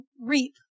reap